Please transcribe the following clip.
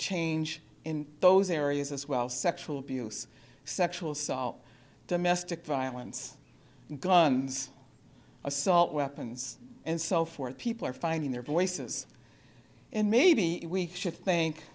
change in those areas as well sexual abuse sexual assault domestic violence guns assault weapons and so forth people are finding their voices and maybe we should think